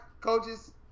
coaches